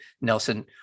Nelson